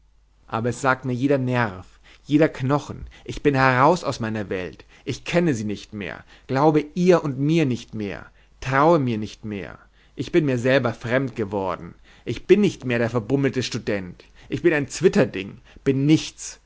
aber es sagt mir jeder nerv jeder knochen ich bin heraus aus meiner welt ich kenne sie nicht mehr glaube ihr und mir nicht mehr traue mir nicht mehr ich bin mir selber fremd geworden ich bin nicht mehr der verbummelte student ich bin ein zwitterding bin nichts